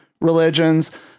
religions